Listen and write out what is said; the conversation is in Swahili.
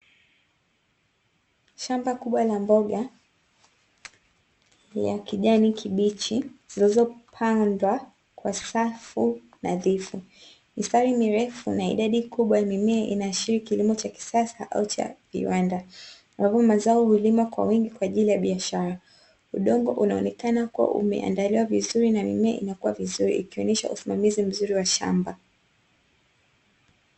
Shamba kubwa la mboga za kijani kibichi, zilizopandwa kwa safu nadhifu, mistari mirefu na idadi kubwa ya mimea inaashiria kilimo cha kisasa au cha viwanda, ambapo mazao hulimwa kwa wingi kwa ajili ya biashara. Udongo unaonekana kuwa umeandaliwa vizuri na mimea inakua vizuri, ikionyesha usimamizi wa shamba.